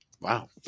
Wow